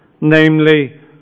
Namely